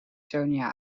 sonia